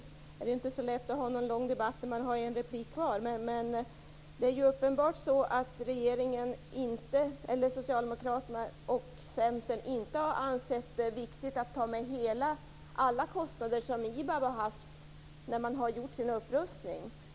Det är inte så lätt att hålla en lång debatt med en replik kvar. Socialdemokraterna och Centern har uppenbarligen inte ansett det viktigt att ta med alla kostnader som IBAB har haft vid upprustningen.